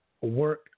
work